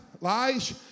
lies